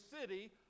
city